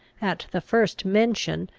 at the first mention,